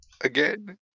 Again